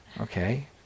Okay